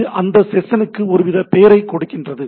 இது அந்த செஷனுக்கு ஒருவித பெயரைக் கொடுக்கிறது